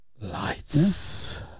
lights